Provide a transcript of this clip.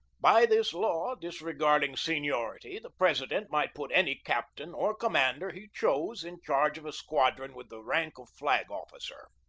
by this law, disregard ing seniority, the president might put any captain or commander he chose in charge of a squadron with the rank of flag-officer.